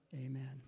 Amen